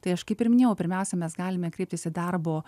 tai aš kaip ir minėjau pirmiausia mes galime kreiptis į darbo